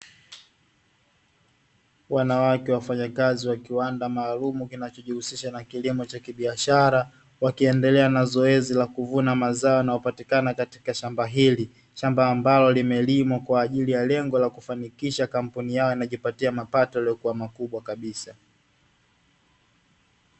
Wanawake wafanyakazi wa kiwanda maalumu kinakijihusisha na kilimo cha kibiashara, wakiendelea na zoezi la kuvuna mazao na yanayopatikana katika shamba hili, shamba ambalo limelimwa kwa ajili ya lengo la kufanikisha kampuni yao yanajipatia mapato yaliyokuwa makubwa kabisa.